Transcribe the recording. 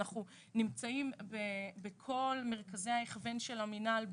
אנחנו נמצאים בכל מרכזי ההכוון של המנהל.